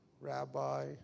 Rabbi